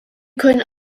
können